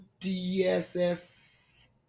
DSS